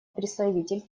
представитель